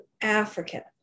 Africa